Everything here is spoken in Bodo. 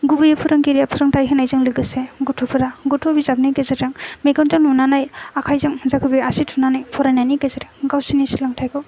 गुबैयै फोरोंगिरिया फोरोंथाय होनायजों लोगोसे गथ'फोरा गथ' बिजाबनि गेजेरजों मेगनजों नुनानै आखाइजों मा जेखौ बेयो आसि थुनानै फरायनायनि गेजेरजोंं गावसोरनि सोलोंथाइखौ